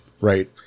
right